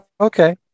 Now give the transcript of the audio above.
Okay